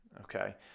Okay